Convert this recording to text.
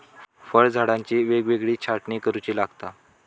फळझाडांची वेळोवेळी छाटणी करुची लागता